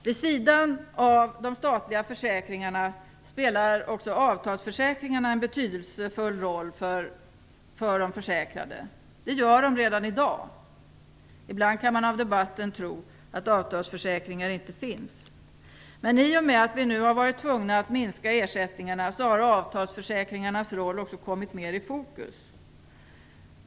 Vid sidan av de statliga försäkringarna spelar också avtalsförsäkringarna en betydelsefull roll för de försäkrade. Det gör de redan i dag. Ibland kan man av debatten tro att avtalsförsäkringar inte finns. I och med att vi nu har varit tvungna att minska ersättningarna har avtalsförsäkringarnas roll också kommit mer i fokus.